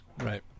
Right